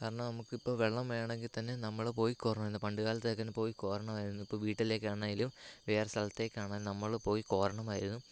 കാരണം നമുക്കിപ്പം വെള്ളം വേണമെങ്കിൽത്തന്നെ നമ്മൾ പോയി കോരണമായിരുന്നു പണ്ട്കാലത്തൊക്കെന്ന് പോയി കോരണമായിരുന്നു ഇപ്പോൾ വീട്ടിലേക്കാണേലും വേറെ സ്ഥലത്തേക്കാണ് നമ്മൾ പോയി കോരണമായിരുന്നു